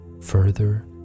further